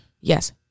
Yes